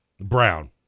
Brown